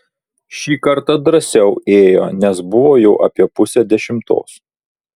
šį kartą drąsiau ėjo nes buvo jau apie pusė dešimtos